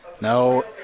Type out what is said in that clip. No